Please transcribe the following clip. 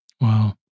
Wow